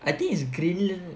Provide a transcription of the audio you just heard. I think it's greenland